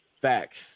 Facts